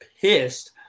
pissed